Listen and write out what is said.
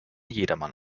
jedermann